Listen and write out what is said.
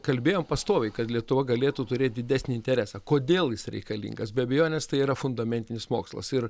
kalbėjom pastoviai kad lietuva galėtų turėt didesnį interesą kodėl jis reikalingas be abejonės tai yra fundamentinis mokslas ir